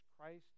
Christ